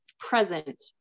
Present